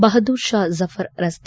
ಬಹದ್ಗೂರ್ ಷಾ ಜಫರ್ ರಸ್ತೆ